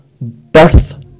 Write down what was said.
birth